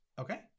Okay